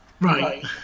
Right